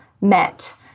met